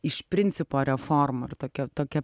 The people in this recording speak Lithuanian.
iš principo reforma ir tokia tokia